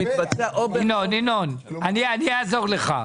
ינון, אני אעזור לך.